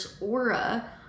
aura